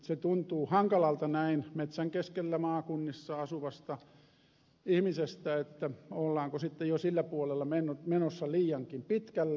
se tuntuu hankalalta näin metsän keskellä maakunnissa asuvasta ihmisestä että ollaanko sitten jo sillä puolella menossa liiankin pitkälle